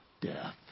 Death